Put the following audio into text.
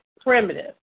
primitive